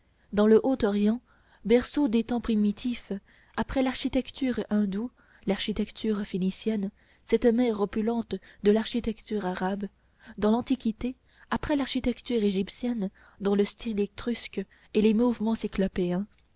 dans le haut orient berceau des temps primitifs après l'architecture hindoue l'architecture phénicienne cette mère opulente de l'architecture arabe dans l'antiquité après l'architecture égyptienne dont le style étrusque et les monuments